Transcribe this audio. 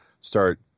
start